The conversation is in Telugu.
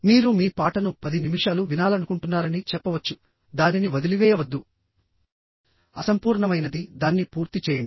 మీరు మీ పాటను 10 నిమిషాలు వినాలనుకుంటున్నారని చెప్పవచ్చు దానిని వదిలివేయవద్దు అసంపూర్ణమైనది దాన్ని పూర్తి చేయండి